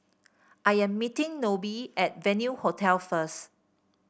I am meeting Nobie at Venue Hotel first